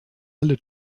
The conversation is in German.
alle